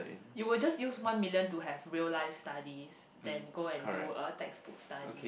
you will just use one million to have real life studies than go and do a textbook study